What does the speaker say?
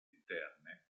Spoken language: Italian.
interne